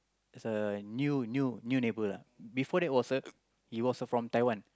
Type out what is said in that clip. is a new new new neighbour lah before that was a he was uh from Taiwan